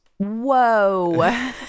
whoa